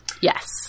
Yes